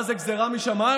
מה זה, גזרה משמיים?